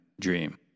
dream